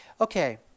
Okay